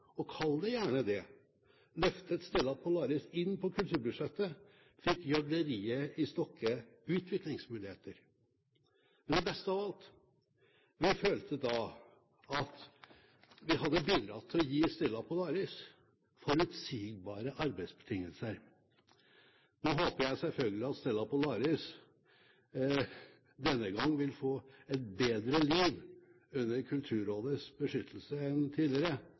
og kall det gjerne det – løftet Stella Polaris inn på kulturbudsjettet, fikk gjøgleriet i Stokke utviklingsmuligheter. Men det beste av alt: Vi følte da at vi hadde bidratt til å gi Stella Polaris forutsigbare arbeidsbetingelser. Nå håper jeg selvfølgelig at Stella Polaris denne gang vil få et bedre liv under Kulturrådets beskyttelse enn tidligere,